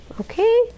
Okay